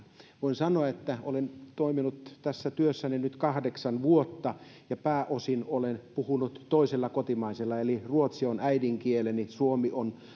voin sanoa että olen toiminut tässä työssäni nyt kahdeksan vuotta ja pääosin olen puhunut toisella kotimaisella eli ruotsi on äidinkieleni suomi on